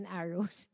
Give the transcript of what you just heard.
arrows